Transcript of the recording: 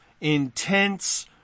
intense